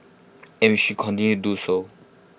and should continue do so